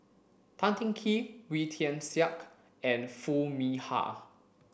Tan Teng Kee Wee Tian Siak and Foo Mee Har